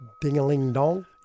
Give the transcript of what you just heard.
Ding-a-ling-dong